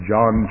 John